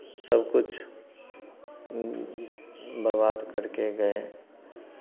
सब कुछ बर्बाद करके गए